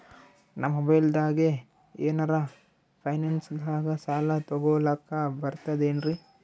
ನಾ ಮೊಬೈಲ್ದಾಗೆ ಏನರ ಫೈನಾನ್ಸದಾಗ ಸಾಲ ತೊಗೊಲಕ ಬರ್ತದೇನ್ರಿ?